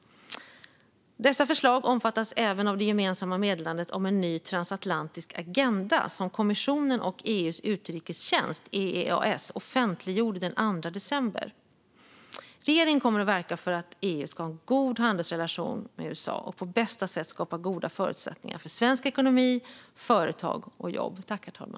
Dessa förslag omfattas även av det gemensamma meddelandet om en ny transatlantisk agenda som kommissionen och EU:s utrikestjänst, EEAS, offentliggjorde den 2 december. Regeringen kommer att verka för att EU ska ha en god handelsrelation med USA och på bästa sätt skapa goda förutsättningar för svensk ekonomi, svenska företag och svenska jobb.